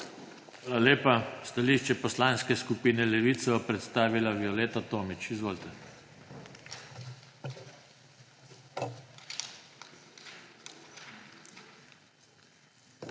lepa. Stališče Poslanske skupine Levica bo predstavila Violeta Tomić. Izvolite.